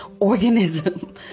organism